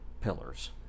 pillars